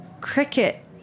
cricket